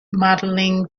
modeling